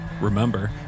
Remember